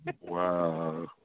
Wow